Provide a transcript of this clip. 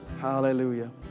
Hallelujah